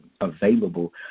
available